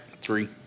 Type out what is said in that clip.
Three